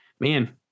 man